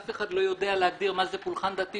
אף אחד לא יודע להגדיר מה זה פולחן דתי,